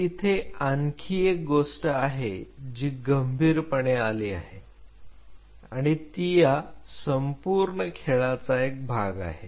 तर इथे आणखी एक गोष्ट आहे की जी गंभीरपणे आली आहे आणि ती या संपूर्ण खेळाचा एक भाग आहे